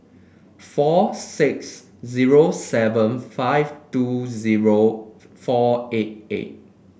four six zero seven five two zero four eight eight